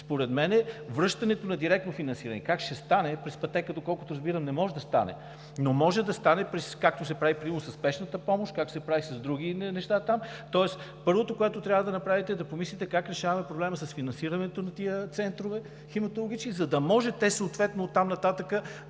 Според мен, връщането е към директното финансиране. Как ще стане? През пътека, доколкото разбирам, не може да стане, но може да стане, примерно както се прави със Спешната помощ, както се прави с други неща там. Тоест първото, което трябва да направите, е да помислите как решаваме проблема с финансирането на тези хематологични центрове, за да може те съответно оттам нататък